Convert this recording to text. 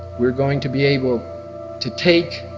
we're going to be able to take